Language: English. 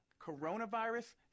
Coronavirus